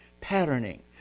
patterning